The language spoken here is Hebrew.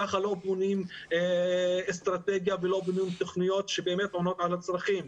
ככה לא בונים אסטרטגיה ולא בונים תכניות שבאמת עונות על הצרכים.